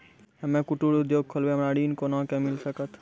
हम्मे कुटीर उद्योग खोलबै हमरा ऋण कोना के मिल सकत?